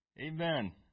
Amen